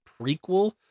prequel